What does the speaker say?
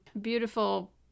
beautiful